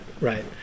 right